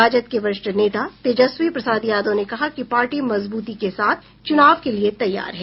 राजद के वरिष्ठ नेता तेजस्वी प्रसाद यादव ने कहा कि पार्टी मजबूती के साथ चुनाव के लिए तैयार है